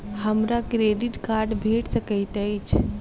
हमरा credit card भेट सकैत अछि?